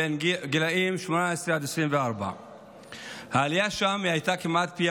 בגילים 18 24. העלייה שם הייתה כמעט פי